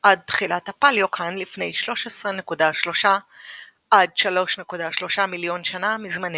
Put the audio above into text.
עד תחילת הפליוקן לפני 13.3 עד 3.3 מיליון שנה מזמננו.